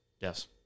Yes